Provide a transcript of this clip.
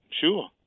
sure